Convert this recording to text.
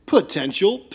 Potential